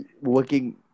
working